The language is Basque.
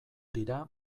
dira